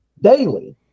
Daily